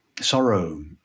sorrow